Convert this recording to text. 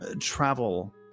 travel